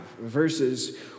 verses